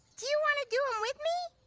do you wanna do em with me?